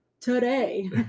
today